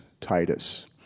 Titus